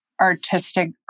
artistic